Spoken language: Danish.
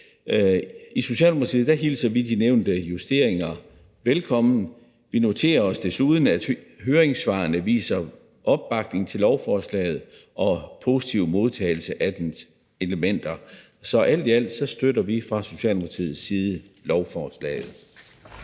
I Socialdemokratiet hilser vi de nævnte justeringer velkommen. Vi noterer os desuden, at høringssvarene viser opbakning til lovforslaget og en positiv modtagelse af dets elementer. Så alt i alt støtter vi fra Socialdemokratiet side lovforslaget.